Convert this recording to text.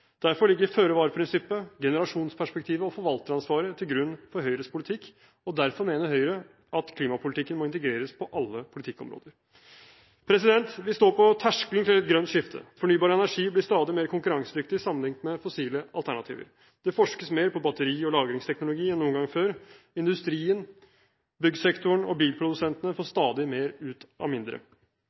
Derfor ligger føre-var-prinsippet, generasjonsperspektivet og forvalteransvaret til grunn for Høyres politikk, og derfor mener Høyre at klimapolitikken må integreres på alle politikkområder. Vi står på terskelen til et grønt skifte. Fornybar energi blir stadig mer konkurransedyktig sammenlignet med fossile alternativer. Det forskes mer på batteri- og lagringsteknologi enn noen gang før. Industrien, byggsektoren og bilprodusentene får stadig mer ut av mindre.